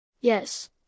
Yes